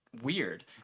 weird